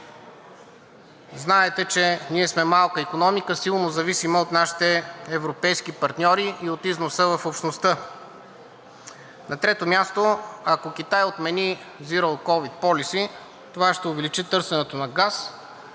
Знаете, че ние сме малка икономика, силно зависима от нашите европейски партньори и от износа в общността. На трето място, ако Китай отмени зиро ковид полюси, това ще осигури търсенето на газ,